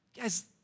Guys